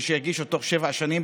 ושיגישו בתוך שבע שנים,